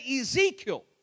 Ezekiel